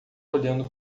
olhando